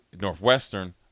Northwestern